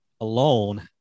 alone